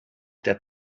der